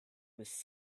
was